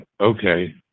okay